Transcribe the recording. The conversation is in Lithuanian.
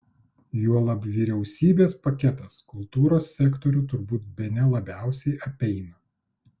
juolab vyriausybės paketas kultūros sektorių turbūt bene labiausiai apeina